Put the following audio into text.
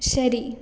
ശരി